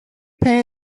pay